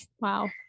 Wow